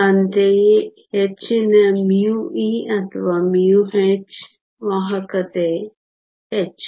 ಅಂತೆಯೇ ಹೆಚ್ಚಿನ μe ಅಥವಾ μh ವಾಹಕತೆ ಹೆಚ್ಚು